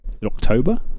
October